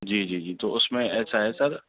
جی جی جی تو اس میں ایسا ہے سر